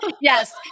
yes